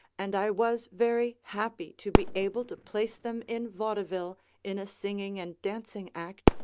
and i was very happy to be able to place them in vaudeville in a singing and dancing act,